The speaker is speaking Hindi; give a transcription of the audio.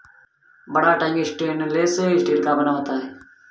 बड़ा टैंक स्टेनलेस स्टील का बना होता है